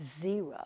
zero